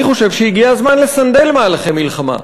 אני חושב שהגיע הזמן לסנדל מהלכי מלחמה.